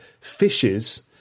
fishes